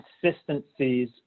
consistencies